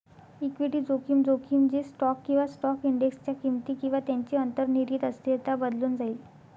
equity जोखीम, जोखीम जे स्टॉक किंवा स्टॉक इंडेक्सच्या किमती किंवा त्यांची अंतर्निहित अस्थिरता बदलून जाईल